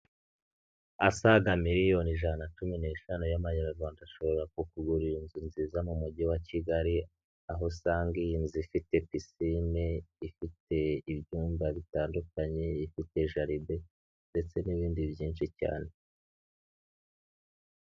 Asaga miliyoni ijana na cumi n'eshanu y'amanyarwanda ashobora kukugurira inzu nziza mu mujyi wa Kigali, aho usanga iyo nzu ifite pisine, ifite ibyumba bitandukanye, ifite jaride ndetse n'ibindi byinshi cyane.